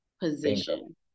position